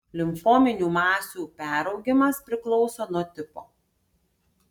limfominių masių peraugimas priklauso nuo tipo